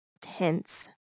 tense